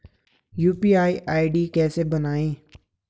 UPI ID कैसे बनायें?